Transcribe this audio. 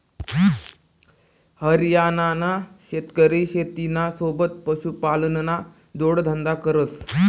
हरियाणाना शेतकरी शेतीना सोबत पशुपालनना जोडधंदा करस